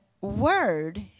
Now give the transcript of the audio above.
word